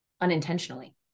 unintentionally